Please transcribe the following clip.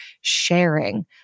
sharing